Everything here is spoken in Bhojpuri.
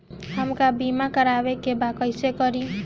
हमका बीमा करावे के बा कईसे करी?